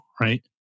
right